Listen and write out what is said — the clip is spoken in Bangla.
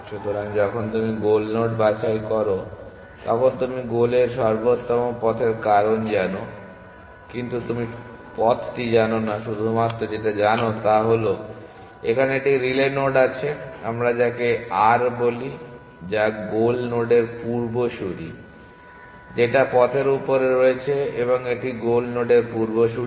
সুতরাং যখন তুমি গোল নোড বাছাই করো তখন তুমি গোলের সর্বোত্তম পথের কারণ জানো কিন্তু তুমি পথটি জানো না শুধুমাত্র যেটা জানো তা হলো এখানে একটি রিলে নোড আছে আমরা যাকে r বলি যা গোল নোডের পূর্বসূরি যেটা পথের উপরে রয়েছে এবং এটি গোল নোডের পূর্বসূরি